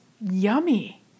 yummy